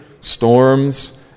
storms